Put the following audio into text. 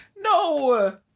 No